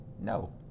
No